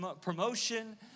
promotion